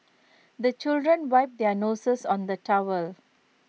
the children wipe their noses on the towel